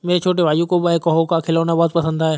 मेरे छोटे भाइयों को बैकहो का खिलौना बहुत पसंद है